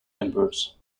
members